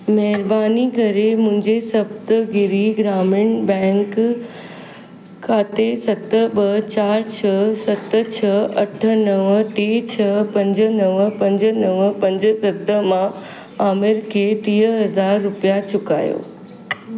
महिरबानी करे मुंहिंजे सप्तगिरी ग्रामीण बैंक खाते सत ॿ चारि छह सत छह अठ नव टे छह पंज नव पंज नव पंज सत मां आमिर खे टीह हज़ार रुपिया चुकायो